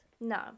no